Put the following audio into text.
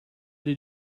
did